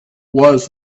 was